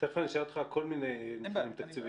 תיכף אני אשאל אותך על כל מיני נתונים תקציביים,